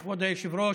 כבוד היושב-ראש,